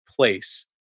place